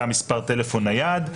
גם מספר טלפון נייד,